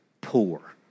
poor